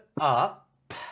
up